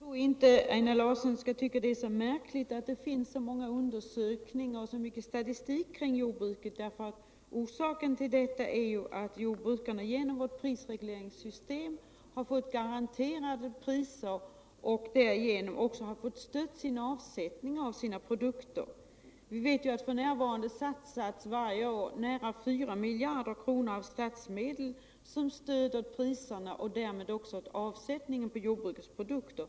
Herr talman! Jag tror inte Einar Larsson skall tycka att det är märkligt att det finns så många undersökningar och så mycken statistik om jordbruket, för orsaken härtill är att jordbrukarna på grund av vårt prisregleringssystem fått garanterade priser och därigenom också stöd för avsättningen av sina produkter. Vi vet ju att det varje år satsas nära 4 miljarder kronor av statsmedel som prisstöd och därmed också som stöd för avsättningen av jordbrukets produkter.